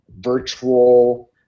virtual